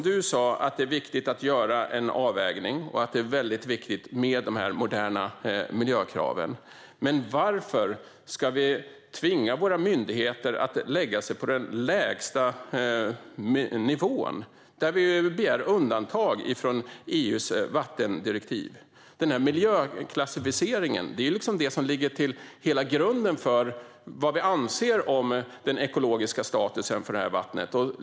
Du sa att det är viktigt att göra en avvägning och att de moderna miljökraven är viktiga. Varför ska vi då tvinga våra myndigheter att lägga sig på den lägsta nivån och begära undantag från EU:s vattendirektiv? Miljöklassificeringen är ju grunden för vad vi anser om den ekologiska statusen för vattnet.